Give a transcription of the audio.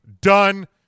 Done